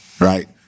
right